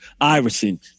Iverson